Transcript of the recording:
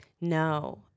No